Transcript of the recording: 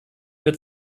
wird